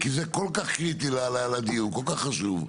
כי זה כל כך קריטי לדיון, כל כך חשוב.